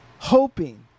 Hoping